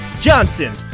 Johnson